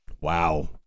Wow